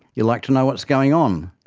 you like to know what's going on,